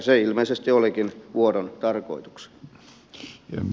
se ilmeisesti olikin vuodon tarkoituksena